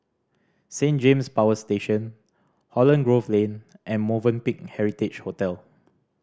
Saint James Power Station Holland Grove Lane and Movenpick Heritage Hotel